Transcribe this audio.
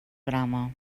brama